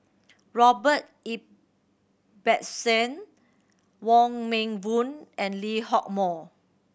Robert Ibbetson Wong Meng Voon and Lee Hock Moh